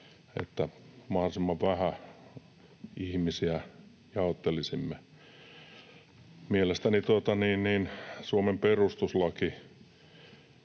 että mahdollisimman vähän ihmisiä jaottelisimme. Mielestäni Suomen perustuslaki